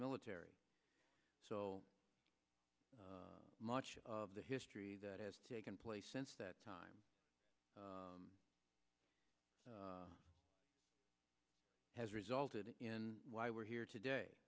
military so much of the history that has taken place since that time has resulted in why we're here today